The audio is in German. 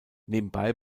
nebenbei